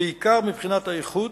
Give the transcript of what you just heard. בעיקר מבחינת האיכות,